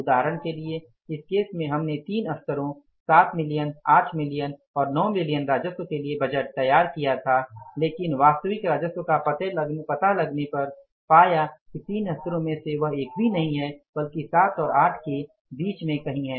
उदाहरण के लिए इस केस में हमने तीन स्तरों 7 मिलियन 8 मिलियन और 9 मिलियन राजस्व के लिए बजट तैयार किया था लेकिन वास्तविक राजस्व का पता लगने पर पाया गया कि तीन स्तरों में से एक भी नहीं है बल्कि सात और आठ के बीच में कहीं है